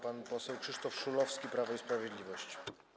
Pan poseł Krzysztof Szulowski, Prawo i Sprawiedliwość.